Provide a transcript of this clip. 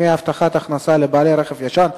דמי הבטחת הכנסה לבעל רכב ישן),